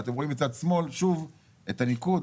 שוב, אתם רואים מצד שמאל את הניקוד.